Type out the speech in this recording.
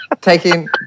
Taking